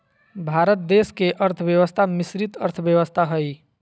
भारत देश के अर्थव्यवस्था मिश्रित अर्थव्यवस्था हइ